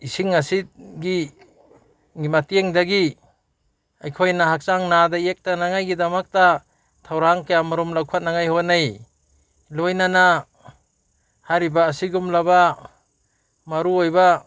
ꯏꯁꯤꯡ ꯑꯁꯤꯒꯤ ꯃꯇꯦꯡꯗꯒꯤ ꯑꯩꯈꯣꯏꯅ ꯍꯛꯆꯥꯡ ꯅꯥꯗ ꯌꯦꯡꯇꯅꯉꯥꯏꯒꯤꯗꯃꯛꯇ ꯊꯧꯔꯥꯡ ꯀꯌꯥꯃꯔꯣꯝ ꯂꯧꯈꯠꯅꯉꯥꯏ ꯍꯣꯠꯅꯩ ꯂꯣꯏꯅꯅ ꯍꯥꯏꯔꯤꯕ ꯑꯁꯤꯒꯨꯝꯂꯕ ꯃꯔꯨ ꯑꯣꯏꯕ